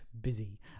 busy